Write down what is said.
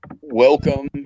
welcome